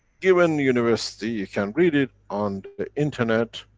given university, you can read it on the internet,